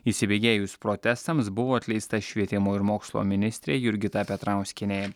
įsibėgėjus protestams buvo atleista švietimo ir mokslo ministrė jurgita petrauskienė